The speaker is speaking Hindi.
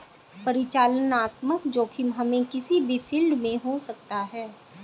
परिचालनात्मक जोखिम हमे किसी भी फील्ड में हो सकता है